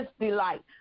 delight